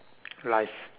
life